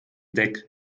deck